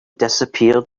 disappeared